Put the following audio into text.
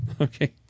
Okay